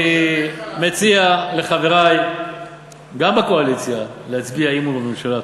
אני מציע לחברי גם בקואליציה להצביע אי-אמון בממשלה.